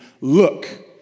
look